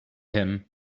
him